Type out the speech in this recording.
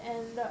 end up